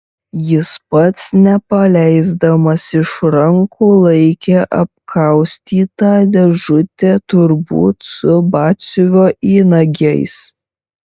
jis pats nepaleisdamas iš rankų laikė apkaustytą dėžutę turbūt su batsiuvio įnagiais